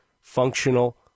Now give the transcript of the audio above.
functional